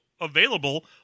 available